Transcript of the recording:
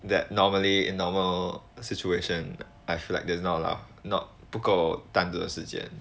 that normally in normal situation I feel like there's not a lot not 不够单独的时间